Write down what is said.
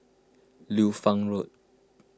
Liu Fang Road